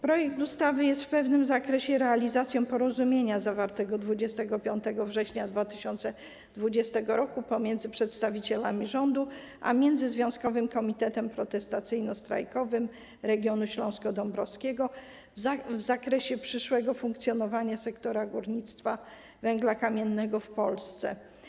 Projekt ustawy jest w pewnym zakresie realizacją porozumienia zawartego 25 września 2020 r. pomiędzy przedstawicielami rządu a Międzyzwiązkowym Komitetem Protestacyjno-Strajkowym Regionu Śląsko-Dąbrowskiego w zakresie przyszłego funkcjonowania sektora górnictwa węgla kamiennego w Polsce.